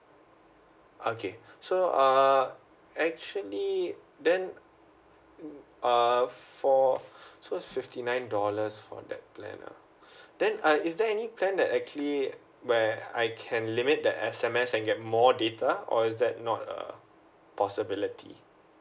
okay so uh actually then mm err for so fifty nine dollars for that plan ah then uh is there any plan that actually where I can limit that S_M_S and get more data or is that not a possibility